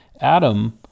Adam